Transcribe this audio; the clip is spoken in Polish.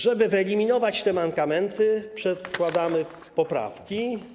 Żeby wyeliminować te mankamenty, składamy poprawki.